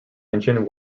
engine